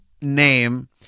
name